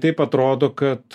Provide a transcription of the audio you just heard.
taip atrodo kad